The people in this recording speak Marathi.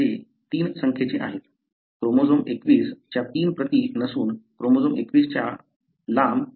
क्रोमोझोम 21 च्या तीन प्रती नसून क्रोमोझोम 21 च्या लांब हाताचे क्षेत्र असणे आवश्यक आहे